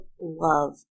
love